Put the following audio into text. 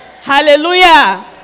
Hallelujah